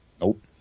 Nope